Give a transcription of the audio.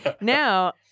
Now